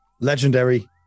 legendary